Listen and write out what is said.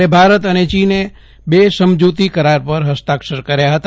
ગઇ કાલે ભારત અને ચીને બે સમજુતી કરાર પર ફસ્તાક્ષર કર્યા હતા